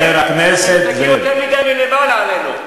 אתם מסתכלים עלינו יותר מדי מלמעלה.